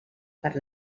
per